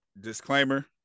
Disclaimer